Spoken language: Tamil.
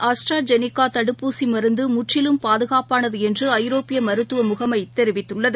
ஆஸ்ட்டிராஜெனிக்காதடுப்பூசிமருந்துமுற்றிலும் பாதுகாப்பானதுஎன்றுஐரோப்பியமருத்துவமுகமைதெரிவித்துள்ளது